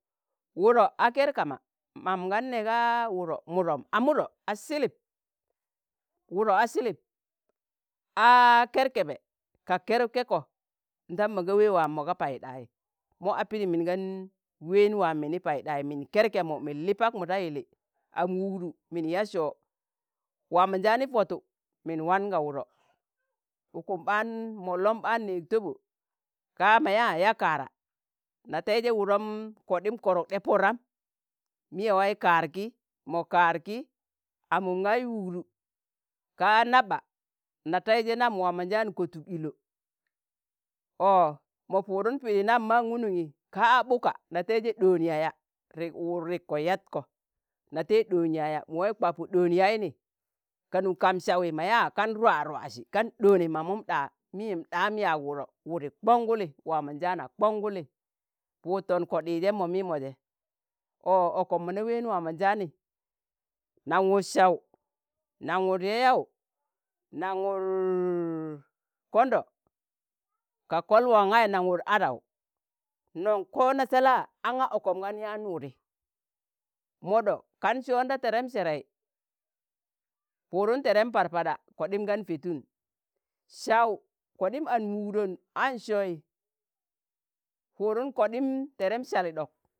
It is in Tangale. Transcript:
wụdọ a Kẹr Kama, mam gan nẹga wudọ mụdọm, a mụdọ a Silip, wụdọ a Silip a̱a Kẹrkẹbẹ kak kẹrụ kẹkọ ndam mọga wee waa mọga Paiɗai, mọ a pidim mingan ween waam mini Paiɗai, min KẹrKẹmụ min li Pakmu da yilli am wugdu min yaa sọo. waamọ njaani pọtu,̣ min wan ga wụdọ, ukum ɓaan mọllọm nẹẹg tobo ka mọ ya yaa kaara na taịjẹ wụdọm kọɗịm kọrọk ɗa pọrram mịyẹ wai Kaar ki, mọ kaar ki, amum gai wugdu ka naɓa na taijẹ nam waamonjaan kotuk illọ, ọ mọ Pudun pidi nam ma ṇkunuyi ka a ɓụka, na taijẹ ɗoon yaya wud riiko yatkọ na tẹ ɗoon yaya, mu wai kwa Pọ ɗoon yayini kanụ kam sawi mọ yaa kan rwa rwasi, kan ɗoone mamụm ɗa, mịyẹm ɗam yaag wụdo wọdi kọṇ gụlị waamọnjaana kọṇ gụlị Pụụtọn Kọdịijẹm mọ mịmọ jẹ. ọ ọkọm mọ na ween waamọnjaani naṇ wụd sạw, naṇ wụd yaụ-yaụ naṇ wụd kondo, ka kol wan gai nan wud adau, non ko nasẹla aṇga ọkọm gan yaan wụdi, mọɗọ kan sọyẹn ta tẹrẹm sẹrẹi, Pu̱udun tẹrẹm Parpada kọɗim gan Petun, saụ kọɗim am wugdon aṇ sọyị pụdụn kọɗịm tẹrẹm salị ɗọk.